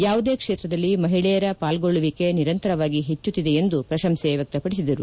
ಯಾವುದೇ ಕ್ಷೇತ್ರದಲ್ಲಿ ಮಹಿಳೆಯರ ಪಾಲ್ಲೊಳ್ಳುವಿಕೆ ನಿರಂತರವಾಗಿ ಹೆಚ್ಚುತ್ತಿದೆ ಎಂದು ಪ್ರಶಂಸೆ ವ್ಯಕ್ತಪಡಿಸಿದರು